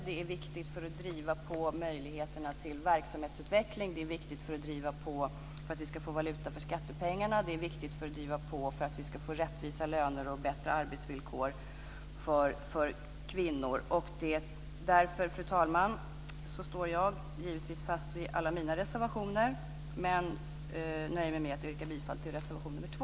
Det är viktigt för att driva på möjligheterna till verksamhetsutveckling och för att vi ska få valuta för skattepengarna. Det är också viktigt för att vi ska kunna få rättvisa löner och bättre arbetsvillkor för kvinnor. Därför, fru talman, står jag fast vid alla mina reservationer. Jag nöjer mig dock med att yrka bifall till reservation nr 2.